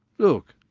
look!